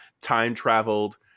time-traveled